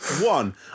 One